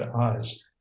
eyes